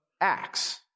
Acts